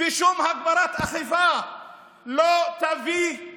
ושום הגברת אכיפה לא יביאו